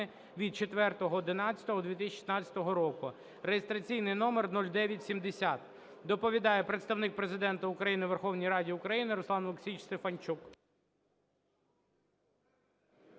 від 04.11.2016 року (реєстраційний номер 0970). Доповідає Представник Президента України у Верховній Раді України Руслан Олексійович Стефанчук.